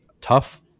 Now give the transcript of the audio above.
tough